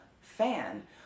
fan